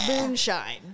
moonshine